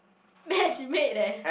match made eh